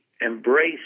embrace